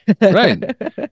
Right